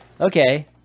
okay